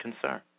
concern